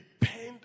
depend